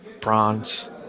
bronze